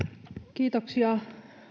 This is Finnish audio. kiitoksia